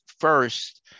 first